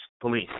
police